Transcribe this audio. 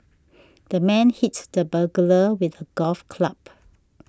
the man hit the burglar with a golf club